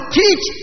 teach